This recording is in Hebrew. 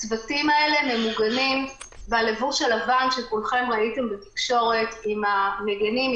הצוותים האלה ממוגנים בלבוש הלבן שכולכם ראיתם בתקשורת עם המגנים,